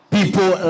People